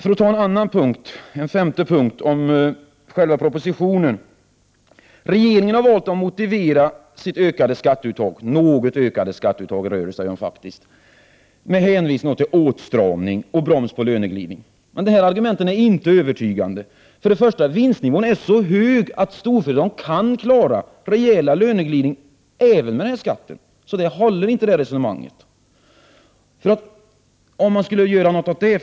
I propositionen har regeringen, för det femte, valt att motivera sitt något ökade skatteuttag med hänvisning till åtstramning och broms på löneglidning. Denna argumentering är inte övertygande. Vinstnivån är i dag så hög i storföretagen att de kan klara en rejäl löneglidning även med den här skatten. Det resonemanget håller således inte.